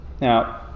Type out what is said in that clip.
Now